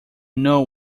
know